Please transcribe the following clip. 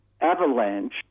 avalanche